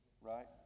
Right